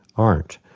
aren't.